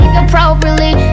appropriately